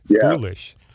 foolish